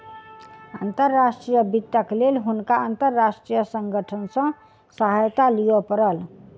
अंतर्राष्ट्रीय वित्तक लेल हुनका अंतर्राष्ट्रीय संगठन सॅ सहायता लिअ पड़ल